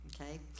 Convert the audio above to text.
Okay